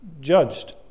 judged